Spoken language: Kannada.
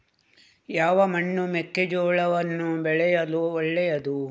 ಯಾವ ಮಣ್ಣು ಮೆಕ್ಕೆಜೋಳವನ್ನು ಬೆಳೆಯಲು ಒಳ್ಳೆಯದು?